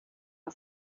her